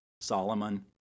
Solomon